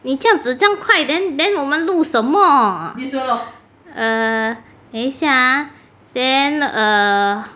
你这样子这样快 then then 我们录什么 err 等一下啊 then err